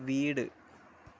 വീട്